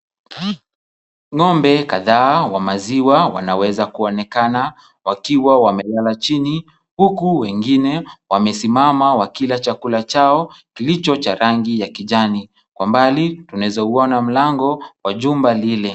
Ng'ombe kadhaa wa maziwa wanaweza kuonekana wakiwa wamelala chini, huku wengine wamesimama wakila chakula chao kilicho cha rangi ya kijani. Kwa mbali tunaeza uona mlango wa jumba lile.